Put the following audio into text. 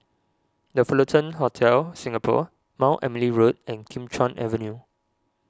the Fullerton Hotel Singapore Mount Emily Road and Kim Chuan Avenue